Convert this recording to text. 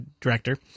director